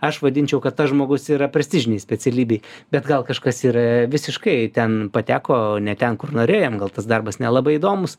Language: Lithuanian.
aš vadinčiau kad tas žmogus yra prestižinėj specialybėj bet gal kažkas ir visiškai ten pateko ne ten kur norėjo jam gal tas darbas nelabai įdomus